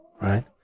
right